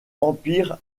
empire